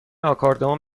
آکاردئون